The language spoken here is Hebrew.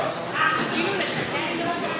אפילו לשקר היא לא יודעת.